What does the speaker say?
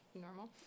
normal